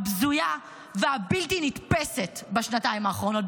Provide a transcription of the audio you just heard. הבזויה והבלתי-נתפסת בשנתיים האחרונות.